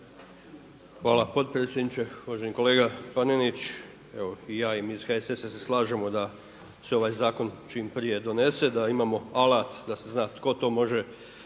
Hvala potpredsjedniče. Uvaženi kolega Panenić. Evo i ja i mi iz HSS-a se slažemo da se ovaj zakon čim prije donese, da imamo alat da se zna tko to može